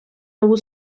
нову